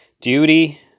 duty